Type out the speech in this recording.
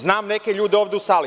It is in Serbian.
Znam neke ljude ovde u sali.